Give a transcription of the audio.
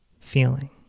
feeling